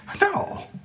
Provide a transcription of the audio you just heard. No